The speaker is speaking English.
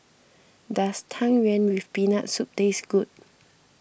does Tang Yuen with Peanut Soup taste good